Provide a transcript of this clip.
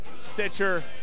Stitcher